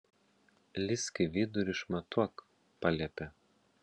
lįsk į vidų ir išmatuok paliepia